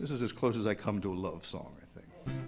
this is as close as i come to